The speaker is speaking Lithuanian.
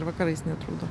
ir vakarais netrukdo